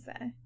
say